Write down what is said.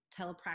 telepractice